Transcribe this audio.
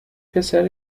پسر